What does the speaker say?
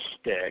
stick